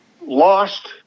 lost